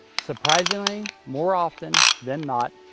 surprisingly, more often than not,